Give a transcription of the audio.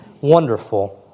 wonderful